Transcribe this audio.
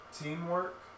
teamwork